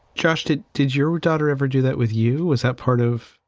just it. did your daughter ever do that with you? is that part of.